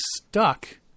stuck